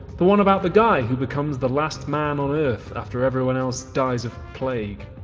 the one about the guy who becomes the last man on earth after everyone else dies of plague.